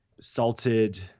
salted